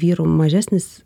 vyrų mažesnis